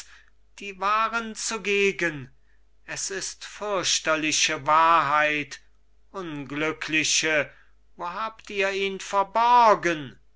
die waren zugegen es ist fürchterliche wahrheit unglückliche wo habt ihr ihn verborgen